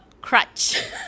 crutch